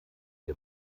der